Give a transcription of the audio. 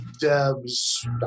Debs